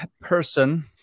person